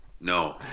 No